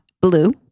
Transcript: Blue